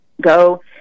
go